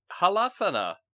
Halasana